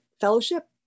fellowship